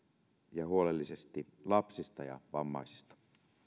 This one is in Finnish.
ja huolellisesti lapsista ja vammaisista